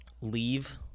leave